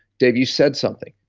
dave, you said something.